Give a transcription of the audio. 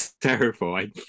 terrified